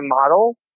model